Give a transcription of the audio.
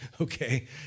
okay